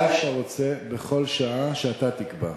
מתי שאתה רוצה, בכל שעה שאתה תקבע.